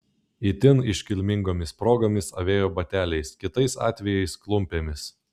itin iškilmingomis progomis avėjo bateliais kitais atvejais klumpėmis